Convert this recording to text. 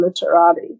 literati